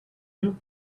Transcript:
you